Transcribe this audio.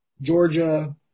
Georgia